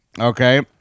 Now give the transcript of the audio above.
Okay